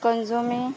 consuming